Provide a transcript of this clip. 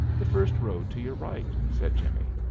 the first road to your right, said jimmie.